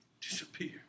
Disappear